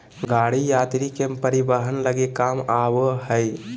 गाड़ी यात्री के परिवहन लगी काम आबो हइ